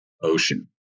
ocean